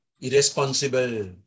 irresponsible